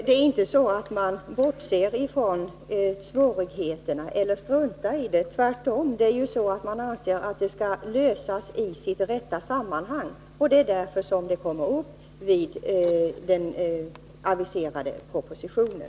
Det är alltså inte så att man bortser från eller struntar i svårigheterna. Men man anser att frågan skall lösas i sitt rätta sammanhang, och det är därför som den tas upp i den aviserade propositionen.